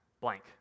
blank